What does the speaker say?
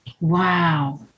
Wow